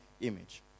image